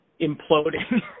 imploding